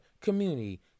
community